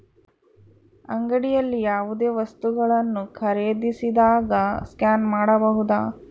ಅಂಗಡಿಯಲ್ಲಿ ಯಾವುದೇ ವಸ್ತುಗಳನ್ನು ಖರೇದಿಸಿದಾಗ ಸ್ಕ್ಯಾನ್ ಮಾಡಬಹುದಾ?